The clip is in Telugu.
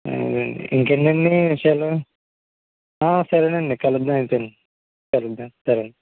ఇంకేంటండి విషయాలు సరేనండి కలుద్దాం అయితేని సరే ఉంటాను సరే అండి